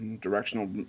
directional